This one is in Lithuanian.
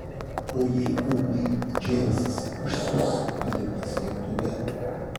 o jeigu ūmai džersis užsius paliktas lėktuve